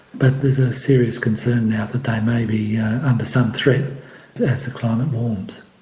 but there is a serious concern now that they may be under some threat as the climate warms.